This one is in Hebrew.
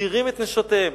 מתירים את נשותיהם.